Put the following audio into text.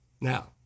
Now